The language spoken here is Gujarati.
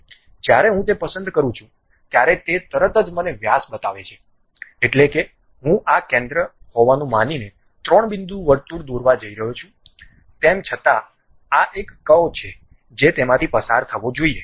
જ્યારે હું તે પસંદ કરું છું ત્યારે તે તરત જ મને વ્યાસ બતાવે છે એટલે કે હું આ કેન્દ્ર હોવાનું માનીને ત્રણ બિંદુ વર્તુળ દોરવા જઇ રહ્યો છું તેમ છતાં આ એક કર્વ છે જે તેમાંથી પસાર થવો જોઈએ